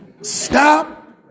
Stop